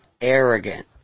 arrogant